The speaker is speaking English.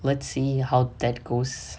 let's see how that goes